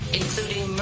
including